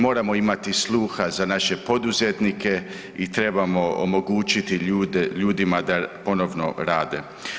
Moramo imati sluha za naše poduzetnike i trebamo omogućiti ljudima da ponovno rade.